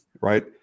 Right